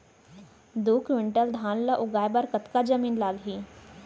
दो क्विंटल धान ला उगाए बर कतका जमीन लागही?